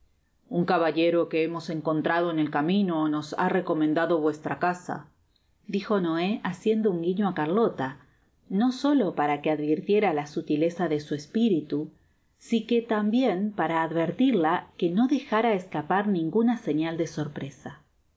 uh caballero que hemos encontrado en el camino nos ha recomendado vuestra casa dijo xoé haciendo un guiño á car iolo no solo para que advirtiera la sutileza de su espiritu y si que tambien para advertirla que no dejara escapar ninguna señal de sorpresa